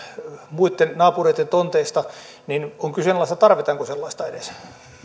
muitten naapureitten tonteista on kyseenalaista tarvitaanko sellaista edes